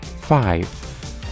five